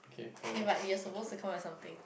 eh but we are supposed to come up with something